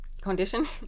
condition